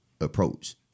approach